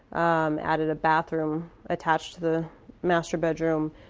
um added a bathroom attached to the master bedroom,